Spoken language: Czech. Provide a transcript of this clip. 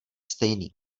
stejný